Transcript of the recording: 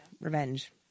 Revenge